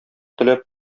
теләп